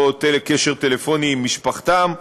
לא קשר טלפוני עם משפחתם,